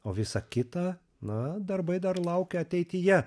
o visa kita na darbai dar laukia ateityje